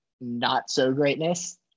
not-so-greatness